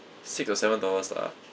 six or seven dollars lah